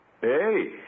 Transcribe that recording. Hey